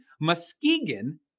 Muskegon